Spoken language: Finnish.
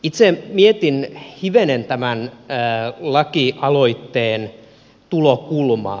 itse mietin hivenen tämän lakialoitteen tulokulmaa